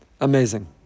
amazing